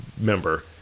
member